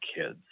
kids